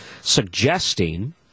suggesting